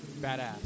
Badass